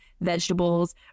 vegetables